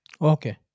Okay